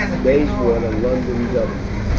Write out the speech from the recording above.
bayswater, london, w,